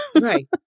Right